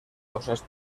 causas